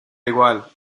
igual